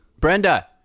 Brenda